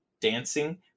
dancing